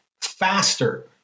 faster